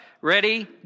Ready